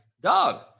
dog